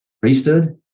Priesthood